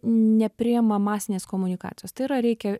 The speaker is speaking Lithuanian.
nepriima masinės komunikacijos tai yra reikia